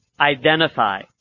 identify